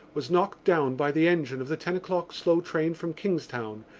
was knocked down by the engine of the ten o'clock slow train from kingstown,